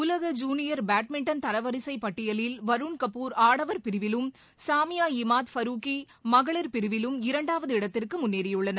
உலக junior badminton தரவரிசை பட்டியலில் வருண் கபூர் ஆடவர் பிரிவிலும் சாமியா இமாத் ஃபாருகி மகளிர் பிரிவிலும் இரண்டாவது இடத்திற்கு முன்னேறியுள்ளனர்